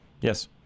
Yes